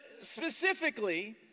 specifically